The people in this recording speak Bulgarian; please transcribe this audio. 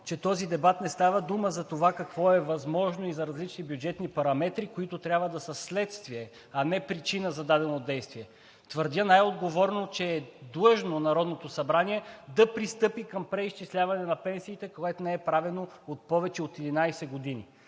че в този дебат не става дума за това какво е възможно и за различни бюджетни параметри, които трябва да са следствие, а не причина за дадено действие. Твърдя най-отговорно, че Народното събрание е длъжно да пристъпи към преизчисляване на пенсиите, което не е правено повече от 11 години.